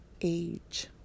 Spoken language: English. age